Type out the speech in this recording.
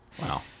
Wow